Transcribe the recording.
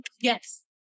Yes